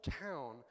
town